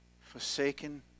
forsaken